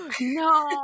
No